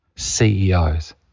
CEOs